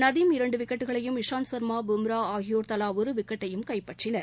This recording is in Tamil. நதிம் இரண்டு விக்கெட்டுகளையும் இசாந்த் சர்மா பும்ரா ஆகியோர் தவா ஒரு விக்கெட்டையும் கைப்பற்றினர்